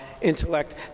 intellect